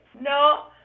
No